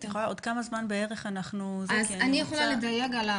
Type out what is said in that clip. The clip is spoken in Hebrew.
על נושא האפוטרופסות אני יכולה לדלג.